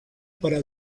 para